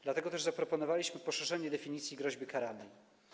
Dlatego też zaproponowaliśmy poszerzenie definicji groźby karalnej.